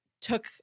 took